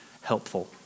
helpful